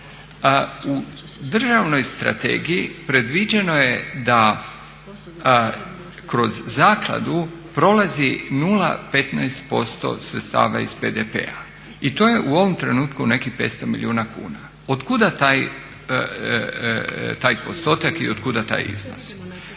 u državnoj strategiji predviđeno je da kroz zakladu prolazi 0,15% sredstava iz BDP-a i to je u ovom trenutku nekih 500 milijuna kuna. Od kuda taj postotak i od kuda taj iznos?